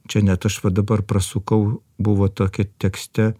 čia net aš va dabar prasukau buvo tokia tekste